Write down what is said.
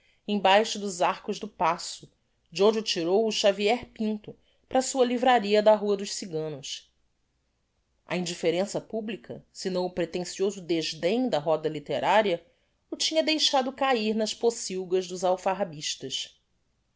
embaixo dos arcos do paço d'onde o tirou o xavier pinto para sua livraria da rua dos ciganos a indifferença publica sinão o pretencioso desdém da roda litteraria o tinha deixado cahir nas pocilgas dos alfarrabistas